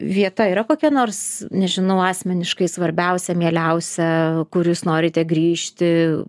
vieta yra kokia nors nežinau asmeniškai svarbiausia mieliausia kur jūs norite grįžti